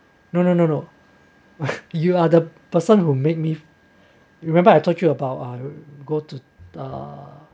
no no no no you are the person who made me remember I told you about I go to uh